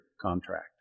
contract